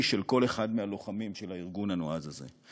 של כל אחד מהלוחמים של הארגון הנועז הזה.